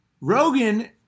Rogan